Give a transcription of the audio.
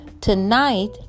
Tonight